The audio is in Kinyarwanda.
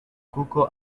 kuko